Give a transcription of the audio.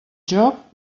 joc